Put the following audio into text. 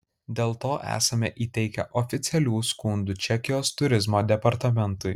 dėl to esame įteikę oficialių skundų čekijos turizmo departamentui